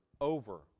over